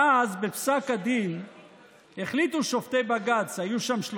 ואז בפסק הדין החליטו שלושה שופטי בג"ץ שהיו שם,